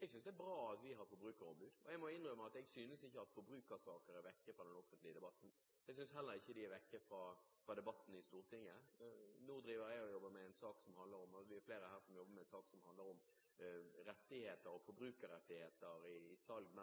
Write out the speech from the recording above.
Jeg synes det er bra at vi har forbrukerombud, og jeg må innrømme at jeg ikke synes at forbrukersaker er borte fra den offentlige debatten. Jeg synes heller ikke de er borte fra debatten i Stortinget. Nå driver jeg – og vi er flere – og jobber med en sak som handler om rettigheter, forbrukerrettigheter ved salg